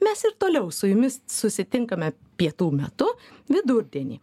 mes ir toliau su jumis susitinkame pietų metu vidurdienį